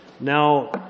Now